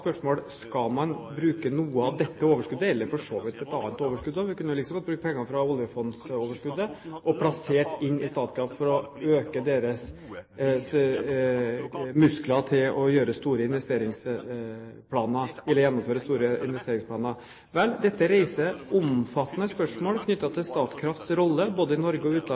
spørsmål: Skal man bruke noe av dette overskuddet, eller for så vidt et annet overskudd – vi kunne likså godt ha brukt penger fra oljefondsoverskuddet – og plassere i Statkraft for å øke deres muskler til å gjennomføre store investeringsplaner? Vel, dette reiser omfattende spørsmål knyttet til Statkrafts rolle både i Norge og